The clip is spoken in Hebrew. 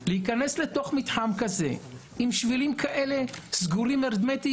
להיכנס אל תוך מתחם כזה עם שבילים כאלה סגורים הרמטית.